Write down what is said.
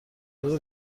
چرا